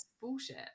bullshit